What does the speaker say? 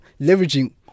leveraging